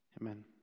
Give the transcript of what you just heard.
Amen